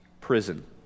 prison